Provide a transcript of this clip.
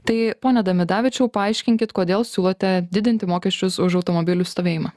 tai pone damidavičiau paaiškinkit kodėl siūlote didinti mokesčius už automobilių stovėjimą